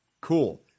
Cool